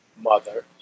mother